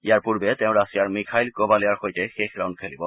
ইয়াৰপূৰ্বে তেওঁ ৰাছিয়াৰ মিখাইল কোবালিয়াৰ সৈতে শেষ ৰাউণ্ড খেলিব